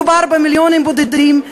מדובר במיליונים בודדים,